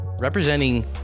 representing